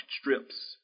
strips